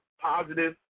positive